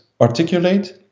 articulate